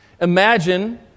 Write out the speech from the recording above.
Imagine